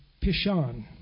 Pishon